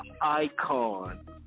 icon